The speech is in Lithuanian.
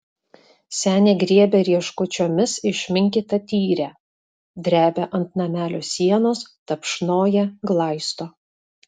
senė griebia rieškučiomis išminkytą tyrę drebia ant namelio sienos tapšnoja glaisto